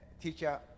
teacher